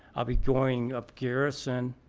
i'll be going up. garrison